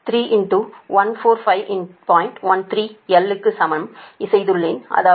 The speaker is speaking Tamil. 13 L க்கு சமன் செய்துள்ளேன் அதாவது 251